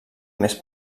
més